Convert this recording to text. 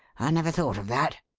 i never thought of that.